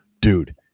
Dude